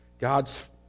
God's